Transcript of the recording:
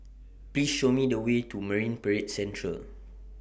Please Show Me The Way to Marine Parade Central